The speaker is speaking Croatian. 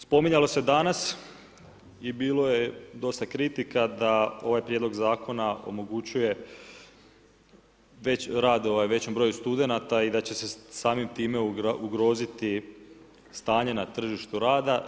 Spominjalo se danas i bilo je dosta kritika da ovaj prijedlog zakona, omogućuje rad većem broju studenata i da će se samim time ugroziti stanje na tržištu rada.